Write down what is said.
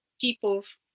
people's